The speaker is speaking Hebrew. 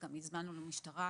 גם הזמנו לו משטרה